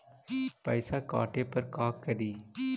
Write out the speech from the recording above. पैसा काटे पर का करि?